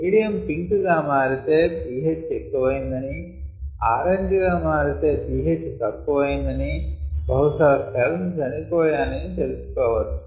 medium pink గా మారితే pH ఎక్కువైందని ఆరెంజ్ గా మారితే pH తక్కువయిందని బహుశా సెల్స్ చనిపోయాయని తెలుసుకోవచ్చు